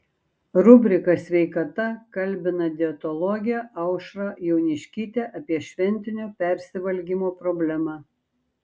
rubrika sveikata kalbina dietologę aušrą jauniškytę apie šventinio persivalgymo problemą